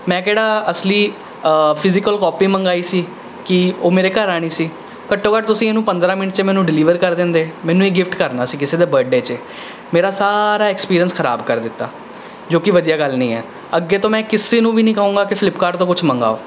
ਮੈਂ ਕਿਹੜਾ ਅਸਲੀ ਫਿਜ਼ੀਕਲ ਕੋਪੀ ਮੰਗਾਈ ਸੀ ਕੀ ਉਹ ਮੇਰੇ ਘਰ ਆਉਣੀ ਸੀ ਘੱਟੋ ਘੱਟ ਤੁਸੀਂ ਇਹਨੂੰ ਪੰਦਰਾਂ ਮਿੰਟ 'ਚ ਮੈਨੂੰ ਡਿਲੀਵਰ ਕਰ ਦਿੰਦੇ ਮੈ ਇਹ ਗਿਫਟ ਕਰਨਾ ਸੀ ਕਿਸੇ ਦਾ ਬਡੇ 'ਚ ਮੇਰਾ ਸਾਰਾ ਐਕਸਪੀਰੀਅਸ ਖਰਾਬ ਕਰ ਦਿੱਤਾ ਜੋ ਕੀ ਵਧੀਆ ਗੱਲ ਨੀ ਹੈ ਅੱਗੇ ਤੋਂ ਮੈਂ ਕਿਸੇ ਨੂੰ ਵੀ ਨਹੀਂ ਕਹਾਂਗਾ ਕੀ ਫਲਿੱਪਕਾਰਟ ਤੋਂ ਕੁਝ ਮੰਗਾਓ